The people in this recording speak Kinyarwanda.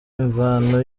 imvano